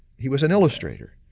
he was an illustrator,